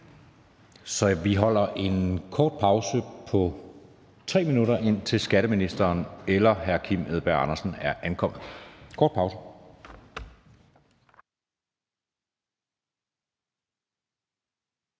så vi holder en kort pause, indtil skatteministeren eller hr. Kim Edberg Andersen er ankommet. Kl.